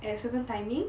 at certain timing